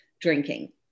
drinking